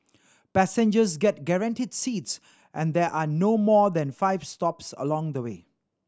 passengers get guaranteed seats and there are no more than five stops along the way